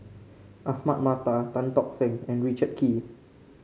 Ahmad Mattar Tan Tock Seng and Richard Kee